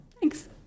Thanks